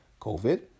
COVID